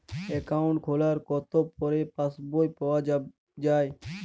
Account খোলার কতো পরে পাস বই পাওয়া য়ায়?